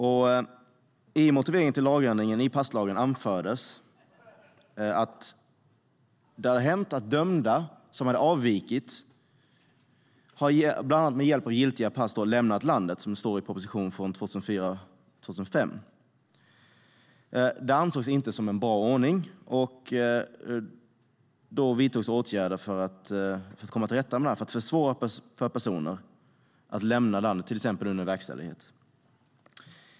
I motiveringen till lagändringen i passlagen anfördes att det har hänt att dömda har avvikit och med hjälp av giltiga pass lämnat landet, vilket framgick i en proposition från 2004/05. Det ansågs inte som en bra ordning. Då vidtogs åtgärder för att försvåra för personer att lämna landet under till exempel verkställighet.